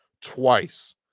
twice